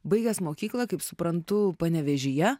baigęs mokyklą kaip suprantu panevėžyje